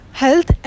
health